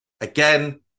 Again